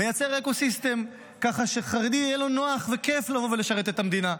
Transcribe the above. מייצר אקו סיסטם כך שחרדי יהיה לו נוח וכיף לבוא ולשרת את המדינה,